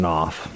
off